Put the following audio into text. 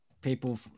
people